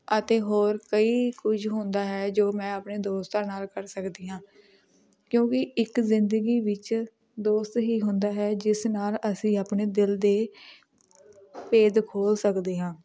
ਅਤੇ ਹੋਰ ਕਈ ਕੁਝ ਹੁੰਦਾ ਹੈ ਜੋ ਮੈਂ ਆਪਣੇ ਦੋਸਤਾਂ ਨਾਲ ਕਰ ਸਕਦੀ ਹਾਂ ਕਿਉਂਕਿ ਇੱਕ ਜ਼ਿੰਦਗੀ ਵਿੱਚ ਦੋਸਤ ਹੀ ਹੁੰਦਾ ਹੈ ਜਿਸ ਨਾਲ ਅਸੀਂ ਆਪਣੇ ਦਿਲ ਦੇ ਭੇਦ ਖੋਲ੍ਹ ਸਕਦੇ ਹਾਂ